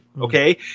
okay